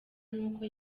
n’uko